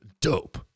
dope